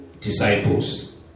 disciples